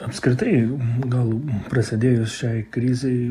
apskritai gal prasidėjus šiai krizei